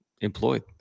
employed